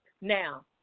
Now